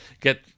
get